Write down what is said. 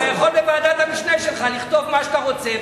אתה יכול בוועדת המשנה שלך לכתוב מה שאתה רוצה,